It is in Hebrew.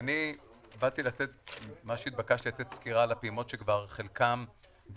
אני התבקשתי לתת סקירה על הפעימות שכבר חלקן בעיצומן,